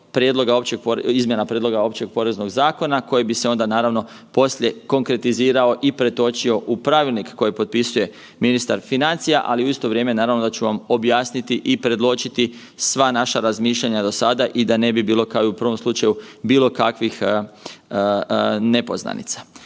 izmjena prijedloga Općeg poreznog zakona koji bi se onda naravno poslije konkretizirao i pretočio u pravilnik koji potpisuje ministar financija, ali u isto vrijeme naravno da ću vam objasniti i predočiti sva naša razmišljanja do sada i da ne bi bilo kao i u prvom slučaju bilo kakvih nepoznanica.